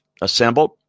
assembled